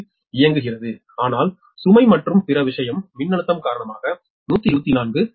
யில் இயங்குகிறது ஆனால் சுமை மற்றும் பிற விஷயம் மின்னழுத்தம் காரணமாக 124 KV